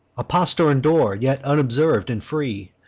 a postern door, yet unobserv'd and free,